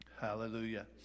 Hallelujah